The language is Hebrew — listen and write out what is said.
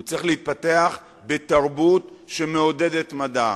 הוא צריך להתפתח בתרבות שמעודדת מדע,